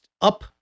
up